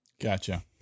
Gotcha